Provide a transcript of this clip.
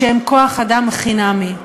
שהם כוח-אדם חינמי?